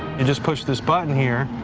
and just push this button here.